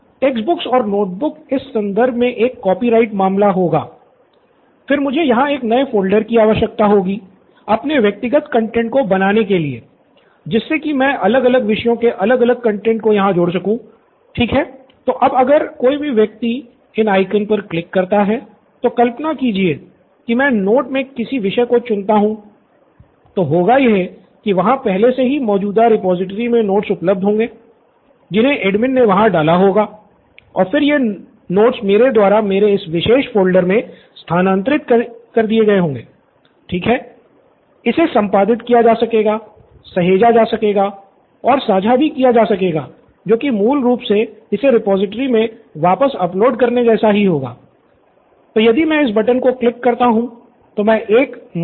student Nithin एक बात और टेक्स्ट बुक्स को इस विशेष कंटैंट तक पहुंच होगी